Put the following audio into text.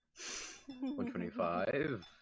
125